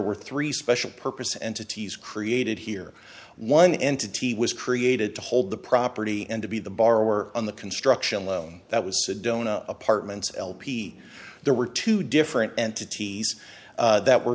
were three special purpose entities created here one entity was created to hold the property and to be the borrower on the construction loan that was sedona apartments lp there were two different entities that were